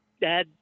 dad